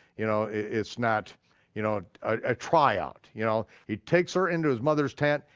you know, it's not you know a tryout. you know he takes her into his mother's tent,